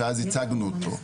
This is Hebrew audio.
שאז הצגנו אותו.